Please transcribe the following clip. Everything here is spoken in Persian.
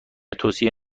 توصیه